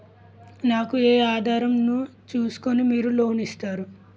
నాకు ఏ ఆధారం ను చూస్కుని మీరు లోన్ ఇస్తారు?